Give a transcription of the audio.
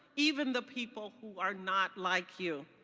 even the people who are not like you.